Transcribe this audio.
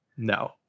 No